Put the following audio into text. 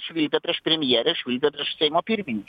švilpė prieš premjerę švilpė prieš seimo pirmininkę